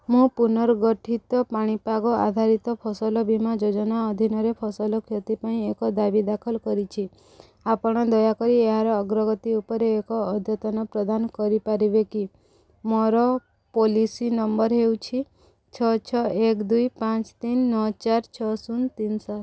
ମୁଁ ପୁନର୍ଗଠିତ ପାଣିପାଗ ଆଧାରିତ ଫସଲ ବୀମା ଯୋଜନା ଅଧୀନରେ ଫସଲ କ୍ଷତି ପାଇଁ ଏକ ଦାବି ଦାଖଲ କରିଛି ଆପଣ ଦୟାକରି ଏହାର ଅଗ୍ରଗତି ଉପରେ ଏକ ଅଦ୍ୟତନ ପ୍ରଦାନ କରିପାରିବେ କି ମୋର ପଲିସି ନମ୍ବର ହେଉଛି ଛଅ ଛଅ ଏକ ଦୁଇ ପାଞ୍ଚ ତିନ ନଅ ଚାରି ଛଅ ଶୂନ ତିନ ସାତ